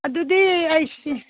ꯑꯗꯨꯗꯤ ꯑꯩꯁꯤ